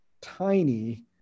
tiny